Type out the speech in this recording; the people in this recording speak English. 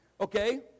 Okay